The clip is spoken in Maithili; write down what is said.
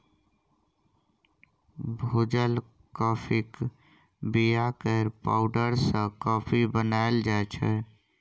भुजल काँफीक बीया केर पाउडर सँ कॉफी बनाएल जाइ छै